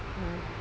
ah